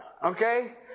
Okay